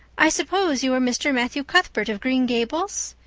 i suppose you are mr. matthew cuthbert of green gables?